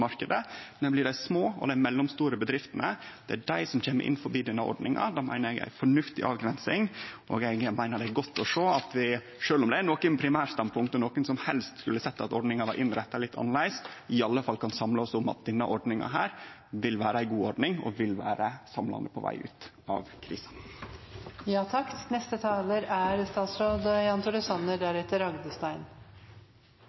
Det er dei som kjem innanfor denne ordninga. Det meiner eg er ei fornuftig avgrensing. Eg meiner det er godt å sjå at sjølv om det er nokon andre primærstandpunkt og nokon som helst skulle sett at ordninga var innretta litt annleis, kan vi i alle fall samle oss om at denne ordninga vil vere ei god ordning og vil vere samlande på veg ut av krisa. Det er lys i horisonten nå selv om det